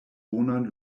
bonan